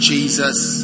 Jesus